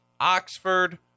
Oxford